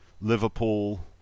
Liverpool